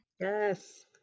Yes